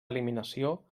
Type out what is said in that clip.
eliminació